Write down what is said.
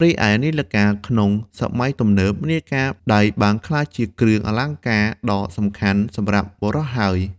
រីឯនាឡិកាក្នុង សម័យទំនើប នាឡិកាដៃបានក្លាយជាគ្រឿងអលង្ការដ៏សំខាន់សម្រាប់បុរសហើយ។